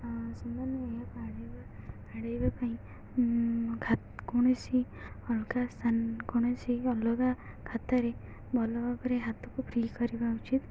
ସେମାନେ ଏହା ଆଡ଼େଇବା ପାଇଁ କୌଣସି ଅଲଗା କୌଣସି ଅଲଗା ଖାତାରେ ଭଲ ଭାବରେ ହାତକୁ ଫ୍ରି କରିବା ଉଚିତ